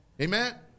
Amen